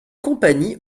compagnies